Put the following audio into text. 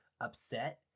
upset